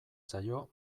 zaio